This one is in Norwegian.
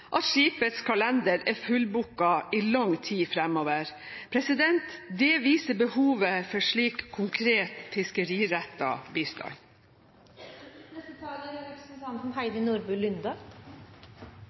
norske skipets tjenester er så stor at skipets kalender er fullbooket i lang tid framover. Det viser behovet for slik konkret